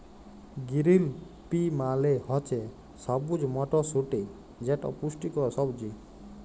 গিরিল পি মালে হছে সবুজ মটরশুঁটি যেট পুষ্টিকর সবজি